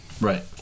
Right